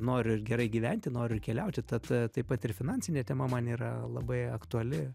noriu ir gerai gyventi noriu keliauti tad taip pat ir finansinė tema man yra labai aktuali